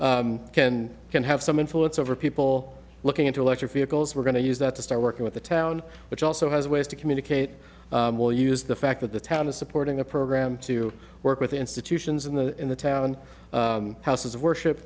and can can have some influence over people looking into electric vehicles we're going to use that to start working with the town which also has ways to communicate will use the fact that the town is supporting a program to work with institutions in the in the town houses of worship